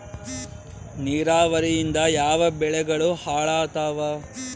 ನಿರಾವರಿಯಿಂದ ಯಾವ ಬೆಳೆಗಳು ಹಾಳಾತ್ತಾವ?